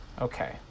Okay